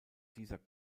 dieser